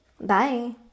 bye